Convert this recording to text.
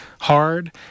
hard